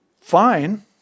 fine